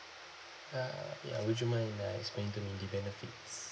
uh ya would you mind uh explaining to me the benefits